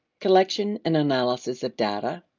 collection and analysis of data,